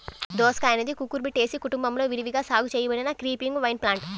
దోసకాయఅనేది కుకుర్బిటేసి కుటుంబంలో విరివిగా సాగు చేయబడిన క్రీపింగ్ వైన్ప్లాంట్